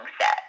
set